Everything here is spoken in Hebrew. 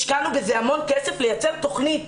השקענו בזה המון כסף כדי לייצר תוכנית